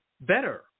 better